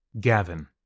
Gavin